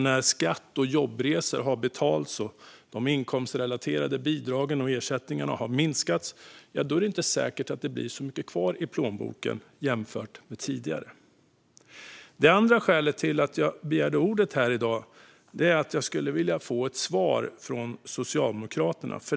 När skatt och jobbresor har betalats och de inkomstrelaterade bidragen och ersättningarna har minskat är det inte säkert att det blir så mycket kvar i plånboken jämfört med tidigare. Det andra skälet till att jag begärde ordet är att jag skulle vilja få ett svar från Socialdemokraterna.